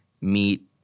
meet